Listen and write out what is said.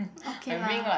okay lah